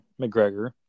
McGregor